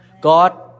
God